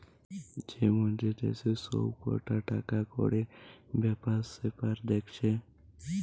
যে মন্ত্রী দেশের সব কটা টাকাকড়ির বেপার সেপার দেখছে